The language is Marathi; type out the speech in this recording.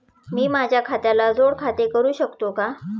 मी माझ्या खात्याला जोड खाते करू शकतो का?